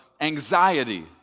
anxiety